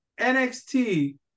NXT